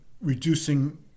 reducing